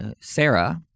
Sarah